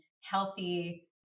healthy